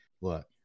Look